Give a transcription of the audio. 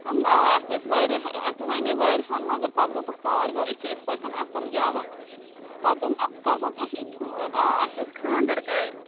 آ اَسہِ ٲسۍ واریاہ اَسہِ وَنے واریاہن مگر پتہٕ دوٚپُکھ ساروِیو یہِ چھِ یِتھ پٲٹھۍ اصٕل گٮ۪وان پتہٕ دوٚپ مےٚ بہٕ کرمو تۄہی فون آ اسہِ اوس خاندر گرِ